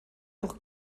pour